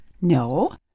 No